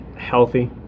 healthy